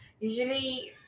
usually